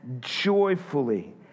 joyfully